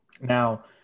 Now